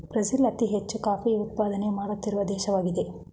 Brazil ಅತಿ ಹೆಚ್ಚು coffee ಉತ್ಪಾದನೆ ಮಾಡುತ್ತಿರುವ ದೇಶವಾಗಿದೆ